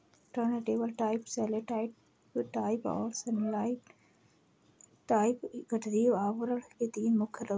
turntable type, satellite type और inline type गठरी आवरण के तीन मुख्य रूप है